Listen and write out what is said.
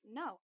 no